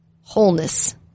wholeness